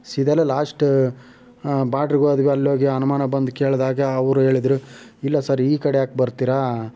ಸೀದಾ ಅಲ್ಲ ಲಾಸ್ಟ್ ಬಾಡ್ರಿಗೋದ್ವಿ ಅಲ್ಲೋಗಿ ಅನುಮಾನ ಬಂದು ಕೇಳಿದಾಗ ಅವ್ರು ಹೇಳಿದ್ರು ಇಲ್ಲ ಸರ್ ಈ ಕಡೆ ಯಾಕೆ ಬರ್ತೀರಿ